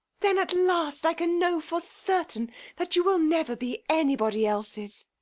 then at last i can know for certain that you will never be anybody's else's.